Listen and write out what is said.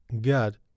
God